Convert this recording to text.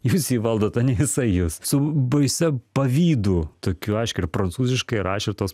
jūs jį valdot o ne jisai jus su baisia pavydu tokiu aiškiu ir prancūziškai rašė tos